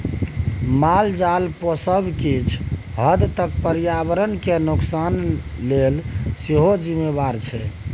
मालजाल पोसब किछ हद तक पर्यावरण केर नोकसान लेल सेहो जिम्मेदार छै